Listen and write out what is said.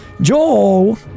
Joel